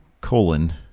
colon